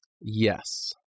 yes